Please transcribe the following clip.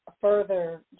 further